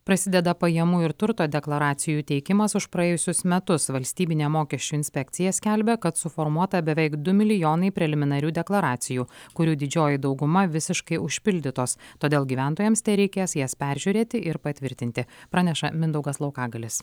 prasideda pajamų ir turto deklaracijų teikimas už praėjusius metus valstybinė mokesčių inspekcija skelbia kad suformuota beveik du milijonai preliminarių deklaracijų kurių didžioji dauguma visiškai užpildytos todėl gyventojams tereikės jas peržiūrėti ir patvirtinti praneša mindaugas laukagalis